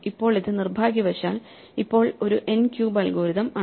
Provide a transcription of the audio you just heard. ഇപ്പോൾ ഇത് നിർഭാഗ്യവശാൽ ഇപ്പോൾ ഒരു n ക്യൂബ് അൽഗോരിതം ആണ്